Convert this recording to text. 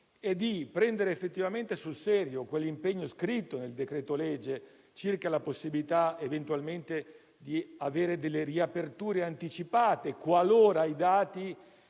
è di prendere effettivamente sul serio quell'impegno scritto nel decreto-legge circa la possibilità di avere delle riaperture anticipate nell'eventualità